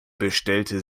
bestellte